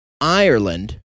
Ireland